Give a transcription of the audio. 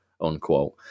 unquote